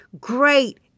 great